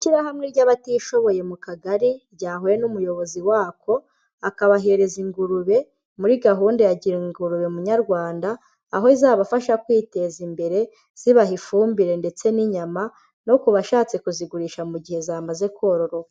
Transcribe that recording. Ishyirahamwe ry'abatishoboye mu kagari ryahuye n'umuyobozi wako, akabahereza ingurube muri gahunda ya gira ingurube munyarwanda, aho izabafasha kwiteza imbere zibaha ifumbire ndetse n'inyama, no kubashatse kuzigurisha mu gihe zamaze kororo.